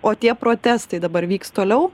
o tie protestai dabar vyks toliau